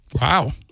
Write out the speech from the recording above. Wow